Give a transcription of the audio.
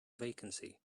vacancy